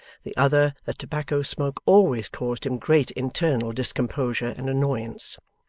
the other, that tobacco-smoke always caused him great internal discomposure and annoyance.